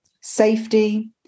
safety